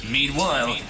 Meanwhile